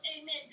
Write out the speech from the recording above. amen